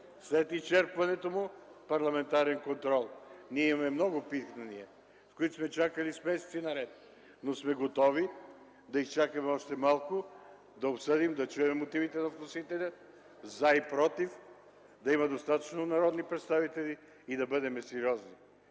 След изчерпването му – парламентарен контрол. Ние имаме много питания, за които сме чакали месеци наред, но сме готови да изчакаме още малко, да обсъдим, да чуем мотивите на вносителя „за” и „против”, да има достатъчно народни представители и да бъдем сериозни.